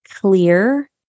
Clear